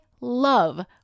love